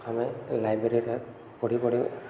ଆମେ ଲାଇବ୍ରେରୀରେ ପଢ଼ି ପଢ଼ି